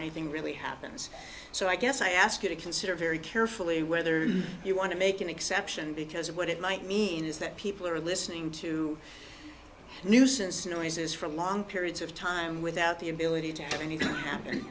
anything really happens so i guess i ask you to consider very carefully whether you want to make an exception because of what it might mean is that people are listening to nuisance noises for long periods of time without the ability to have an